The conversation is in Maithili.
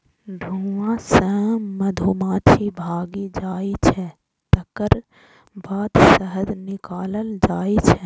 धुआं सं मधुमाछी भागि जाइ छै, तकर बाद शहद निकालल जाइ छै